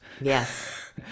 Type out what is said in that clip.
Yes